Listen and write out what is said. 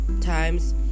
times